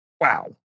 Wow